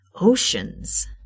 oceans